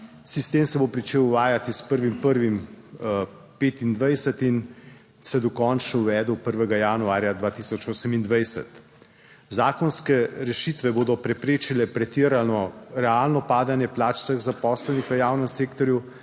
Sistem se bo pričel uvajati s 1. 1. 2025 in se dokončno uvedel 1. januarja 2028. Zakonske rešitve bodo preprečile pretirano realno padanje plač vseh zaposlenih v javnem sektorju.